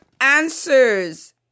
answers